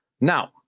Now